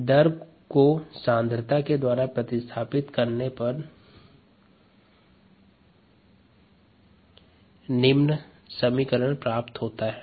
rgES rcESdmESdt≅0 rgESrcES दर को को सांद्रता के द्वारा प्रतिस्थापित करने पर 𝒌𝟏 𝑬 𝑺 𝑽 𝒌𝟐 𝑬𝑺 𝑽 और 𝒌𝟑 𝑬𝑺 𝑽 के योग के बराबर होता है